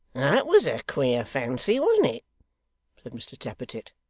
that was a queer fancy, wasn't it said mr tappertit.